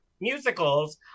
musicals